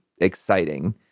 exciting